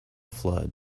flood